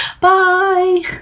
Bye